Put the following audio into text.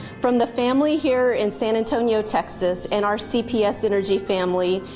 from the family here in san antonio texas and our cps energy family.